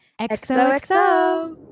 xoxo